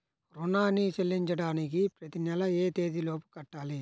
రుణాన్ని చెల్లించడానికి ప్రతి నెల ఏ తేదీ లోపు కట్టాలి?